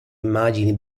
immagini